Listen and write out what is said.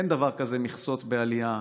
אין דבר כזה מכסות בעלייה.